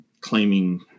claiming